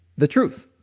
the truth.